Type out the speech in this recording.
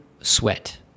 sweat